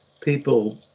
People